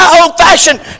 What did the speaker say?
old-fashioned